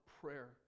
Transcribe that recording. prayer